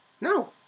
No